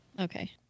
Okay